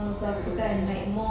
mm mm mm